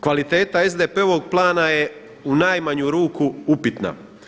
Kvaliteta SDP-ovog plana je u najmanju ruku upitna.